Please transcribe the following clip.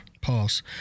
Pause